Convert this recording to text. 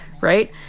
Right